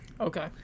Okay